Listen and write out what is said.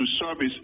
service